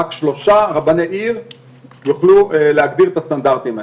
רק שלושה רבני עיר יוכלו להגדיר את הסטנדרטים האלה.